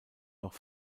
noch